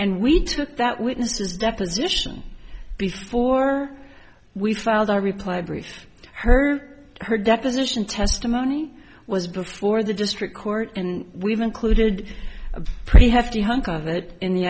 and we took that witness his deposition before we filed our reply brief her her deposition testimony was before the district court and we've included a pretty hefty hunk of it in the